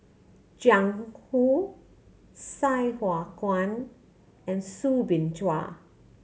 Jiang Hu Sai Hua Kuan and Soo Bin Chua